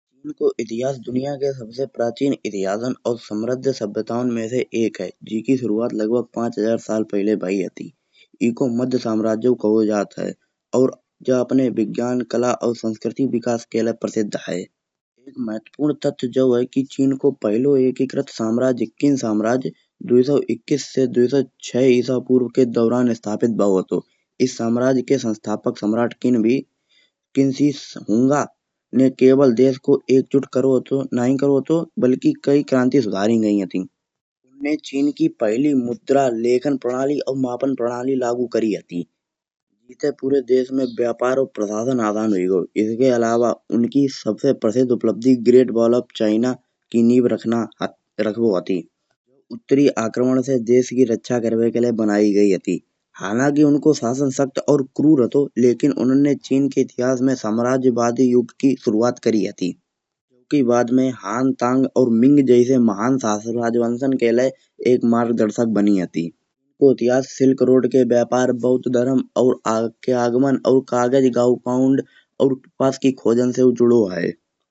को इतिहास दुनिया के सबसे प्राचीन इतिहासन और समृध्धन इतिहासन में से एक है। जी की शुरुआत लगभग पाँच हजार साल पहले भायी हती एगो मध्य सम्राज्य कहो जात है। और जा अपने विज्ञान कला और संस्कृति विकास के लिए प्रसिद्ध है। महत्वपूर्ण तथ्य जो की चीन को पहले एक एकरत सम्राज्य किन सम्राज्य दो सौ इक्कीस से दो सौ छह इसा पूर्व के दौरान स्थापित भावो हतो। इस सम्राज्य के संस्थापक सम्राठ किन भी ने केवल देश को एकजुट करो हतो नाही करो हतो बल्कि कई क्रांती सुधारी गयी हती। चीन की पहली मुद्रा लेखन प्रणाली और मापन प्रणाली लागू करी हती। पूरे देश में व्यापार और प्रशासन आदान होए गाओ। इसके अलावा उनकी सबसे प्रसिद्ध उपलब्धि ग्रेट वॉल ऑफ चाइना की नींव रखवो हती। उत्तरी आक्रमण से देश की रक्षा करवे के लए बनायी गयी हती हलाकि उनको आवन शक्त और क्रूर हतो। लेकिन उन्होंने चीन के इतिहास में सम्राज्यवादीयुग की शुरुआत करी हती। वाड़ में हाँ तांग और मिंग देश के महान वंशज के लिए एक मार्ग दर्शक बनी हती। को इतिहास शिल्प रोड के व्यापार बौध धर्म और के आगमन और कागजगओ पाउंड।